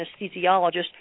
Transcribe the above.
anesthesiologist